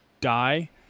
die